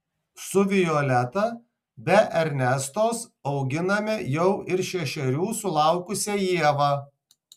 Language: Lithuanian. su violeta be ernestos auginame jau ir šešerių sulaukusią ievą